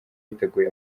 yiteguye